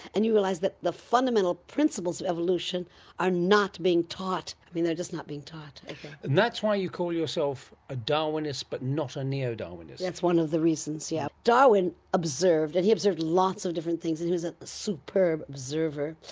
and you realise that the fundamental principles of evolution are not being taught. i mean, they're just not being taught. and that's why you call yourself a darwinist but not a neo-darwinist. that's one of the reasons, yes. yeah darwin observed. and he observed lots of different things and he was a superb observer,